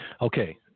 Okay